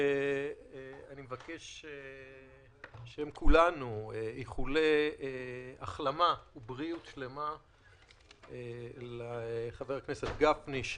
אני מבקש בשם כולנו לשלוח איחולי החלמה ובריאות שלמה לחבר הכנסת גפני,